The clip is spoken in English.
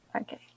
Okay